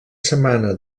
setmana